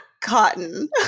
cotton